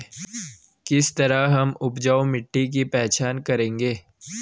किस तरह हम उपजाऊ मिट्टी की पहचान करेंगे?